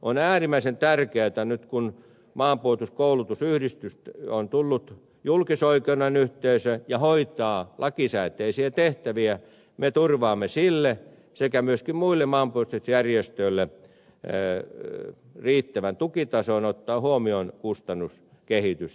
on äärimmäisen tärkeätä nyt kun maanpuolustuskoulutusyhdistyksestä on tullut julkisoikeudellinen yhteisö ja se hoitaa lakisääteisiä tehtäviä että me turvaamme sille sekä myöskin muille maanpuolustusjärjestöille riittävän tukitason ottaen huomioon kustannuskehityksen